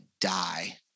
die